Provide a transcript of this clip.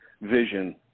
vision